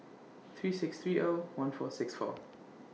three six three O one four six four